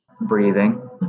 Breathing